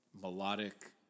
Melodic